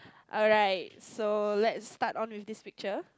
alright so let's start of with this picture